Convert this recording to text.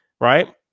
right